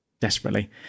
desperately